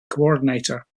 coordinator